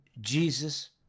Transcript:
Jesus